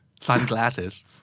sunglasses